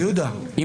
יהודה, אם